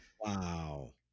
Wow